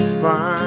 fine